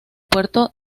puerto